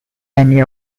annie